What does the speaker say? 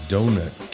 Donut